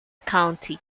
county